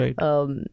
Right